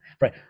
right